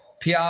PR